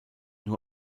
nur